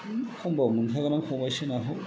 खमबाबो मोनखागोन आं खबाइसे नाखौ